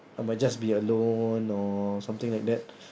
I might just be alone or something like that